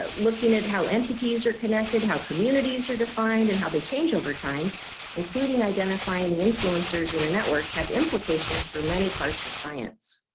ah looking at how entities are connected how communities are defined and how they change over time including identifying the influencers in a network had implications for many parts of science